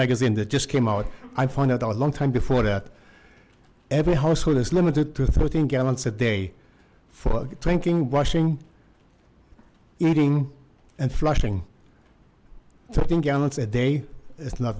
magazine that just came out i find out a long time before that every household is limited to thirteen gallons a day for drinking washing eating and flushing thirteen gallons a day it's not